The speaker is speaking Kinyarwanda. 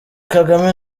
kagame